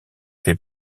fait